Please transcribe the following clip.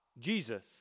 Jesus